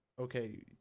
okay